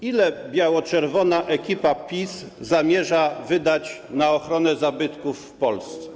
Ile biało-czerwona ekipa PiS zamierza wydać na ochronę zabytków w Polsce?